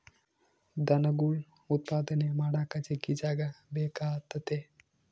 ದನಗುಳ್ ಉತ್ಪಾದನೆ ಮಾಡಾಕ ಜಗ್ಗಿ ಜಾಗ ಬೇಕಾತತೆ